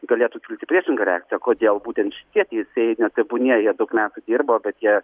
galėtų kilti priešinga reakcija kodėl būtent šitie teisėjai na tebūnie jie daug metų dirbo bet jie